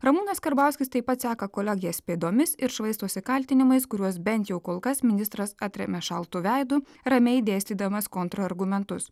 ramūnas karbauskis taip pat seka kolegės pėdomis ir švaistosi kaltinimais kuriuos bent jau kol kas ministras atremia šaltu veidu ramiai dėstydamas kontrargumentus